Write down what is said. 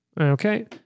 Okay